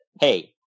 Hey